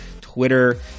Twitter